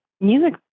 music